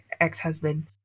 ex-husband